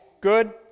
good